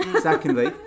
Secondly